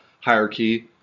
hierarchy